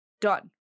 Done